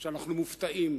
שאנחנו מופתעים